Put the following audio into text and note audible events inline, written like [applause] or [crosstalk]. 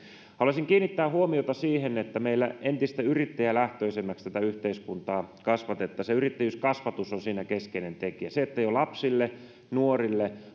haluaisin kiinnittää huomiota siihen että meillä entistä yrittäjälähtöisemmäksi tätä yhteiskuntaa kasvatettaisiin ja yrittäjyyskasvatus on siinä keskeinen tekijä se että jo lapsille nuorille [unintelligible]